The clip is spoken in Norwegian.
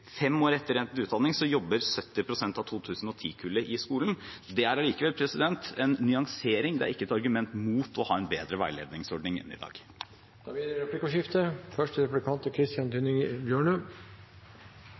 Fem år etter utdanning jobbet 70 pst. av 2010-kullet i skolen. Det er allikevel en nyansering, det er ikke et argument mot å ha en bedre veiledningsordning enn i dag. Det blir replikkordskifte.